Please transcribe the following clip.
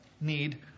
need